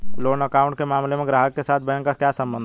Loan account के मामले में ग्राहक के साथ बैंक का क्या संबंध है?